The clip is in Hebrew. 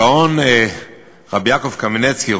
הגאון רבי יעקב קמנצקי,